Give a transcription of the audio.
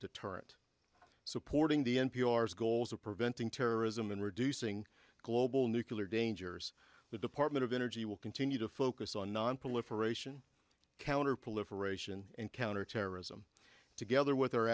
deterrent supporting the npr's goals of preventing terrorism and reducing global nucular dangers the department of energy will continue to focus on nonproliferation counterproliferation and counterterrorism together with our